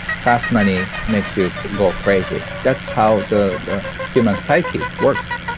fast money makes you go crazy. that's how the human psyche works,